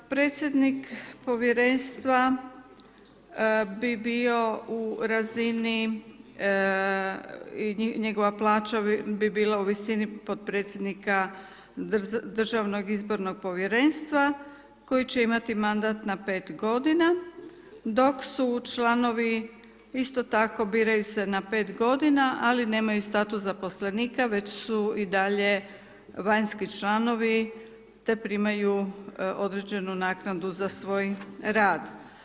Predsjednik Povjerenstva bi bio u razini, njegova plaća bi bila u visini podpredsjednika Državnog izbornog povjerenstva koji će imati mandat na 5 godina, dok su članovi, isto tako biraju se na 5 godina, ali nemaju status zaposlenika, već su i dalje vanjski članovi, te primaju određenu naknadu za svoj rad.